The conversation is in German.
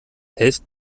helft